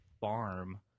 farm